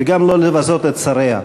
וגם לא לבזות את שריה.